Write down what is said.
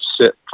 sit